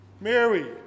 Mary